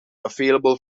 available